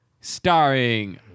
starring